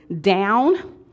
down